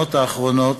בהפגנות האחרונות: